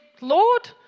Lord